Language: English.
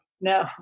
No